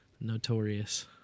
notorious